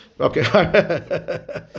Okay